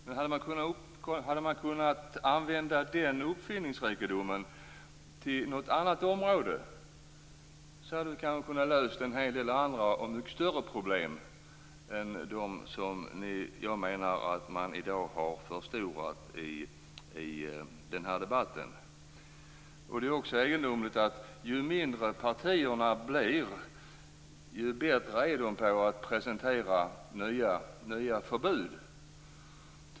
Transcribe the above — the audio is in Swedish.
Men om den uppfinningsrikedomen hade använts på något annat område hade kanske något större problem kunnat lösas än de som jag i dag menar att ni har förstorat i denna debatt. Det är också egendomligt att ju mindre partierna blir, ju bättre är de på att presentera förslag till nya förbud.